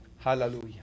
Hallelujah